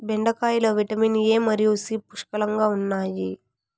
బెండకాయలో vitamin A మరియు C పుష్కలంగా ఉన్నాయి